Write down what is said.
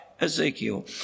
Ezekiel